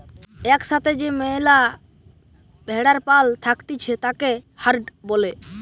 এক সাথে যে ম্যালা ভেড়ার পাল থাকতিছে তাকে হার্ড বলে